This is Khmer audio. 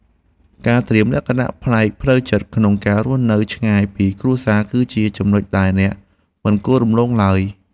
ការត្រៀមលក្ខណៈផ្នែកផ្លូវចិត្តក្នុងការរស់នៅឆ្ងាយពីគ្រួសារគឺជាចំណុចដែលអ្នកមិនគួររំលងឡើយ។